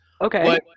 Okay